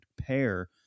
pair